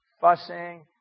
fussing